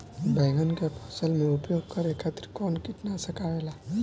बैंगन के फसल में उपयोग करे खातिर कउन कीटनाशक आवेला?